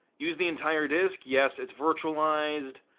use the entire disc? yes, it's virtualized.